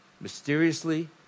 mysteriously